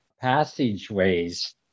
passageways